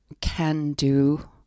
can-do